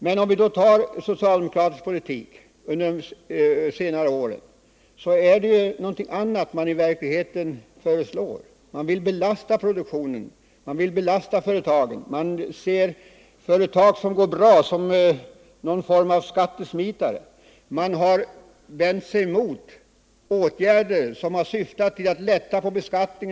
Men ser vi på de senaste årens socialdemokratiska politik, finner vi att socialdemokraterna i verkligheten har föreslagit någonting annat. Socialdemokraterna vill belasta produktionen och företagen. De företag som går bra och får vinst betraktas som något slags skatteobjekt. Socialdemokraterna har vänt sig mot åtgärder som syftar till att lätta på företagens beskattning.